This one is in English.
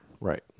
Right